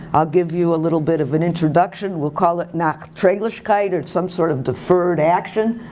i'll give you a little bit of an introduction, we'll call it nachtraglichkeit or some sort of deferred action.